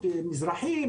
מזרחים,